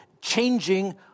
changing